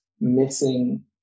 Missing